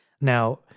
Now